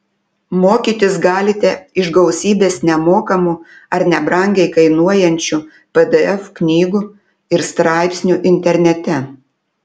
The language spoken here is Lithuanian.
mokytis galite iš gausybės nemokamų ar nebrangiai kainuojančių pdf knygų ir straipsnių internete